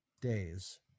days